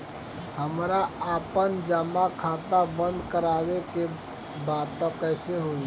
हमरा आपन जमा खाता बंद करवावे के बा त कैसे होई?